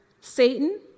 Satan